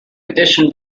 edition